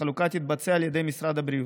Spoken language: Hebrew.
החלוקה תתבצע על ידי משרד הבריאות.